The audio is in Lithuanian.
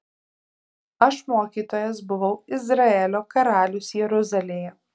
aš mokytojas buvau izraelio karalius jeruzalėje